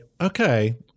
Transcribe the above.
okay